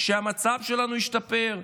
שהמצב שלנו השתפר,